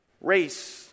race